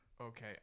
Okay